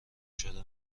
شده